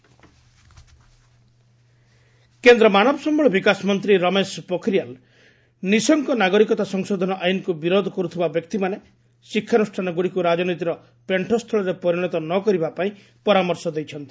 ପୋଖରିୟାଲ୍ କେନ୍ଦ୍ର ମାନବ ସମ୍ଭଳ ବିକାଶ ମନ୍ତ୍ରୀ ରମେଶ ପୋଖରିୟାଲ୍ ନିଶଙ୍କ ନାଗରିକତା ସଂଶୋଧନ ଆଇନକୁ ବିରୋଧ କରୁଥିବା ବ୍ୟକ୍ତିମାନେ ଶିକ୍ଷାନ୍ଦ୍ରଷ୍ଠାନଗ୍ରଡ଼ିକ୍ ରାଜନୀତିର ପେଣ୍ଠସ୍କଳରେ ପରିଣତ ନ କରିବାପାଇଁ ପରାମର୍ଶ ଦେଇଛନ୍ତି